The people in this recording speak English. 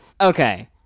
Okay